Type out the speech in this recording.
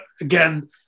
again